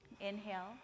Inhale